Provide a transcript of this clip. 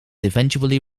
eventually